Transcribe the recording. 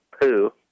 poo